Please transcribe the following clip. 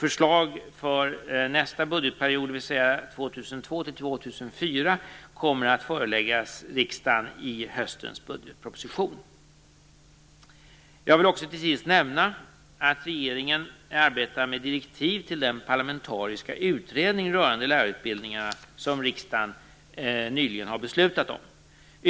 Förslag för nästa budgetperiod, dvs. år 2002-2004 kommer att föreläggas riksdagen i höstens budgetproposition. Jag vill också till sist nämna att regeringen arbetar med direktiv till den parlamentariska utredning om lärarutbildningarna som riksdagen nyligen har beslutat om.